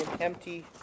empty